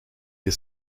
les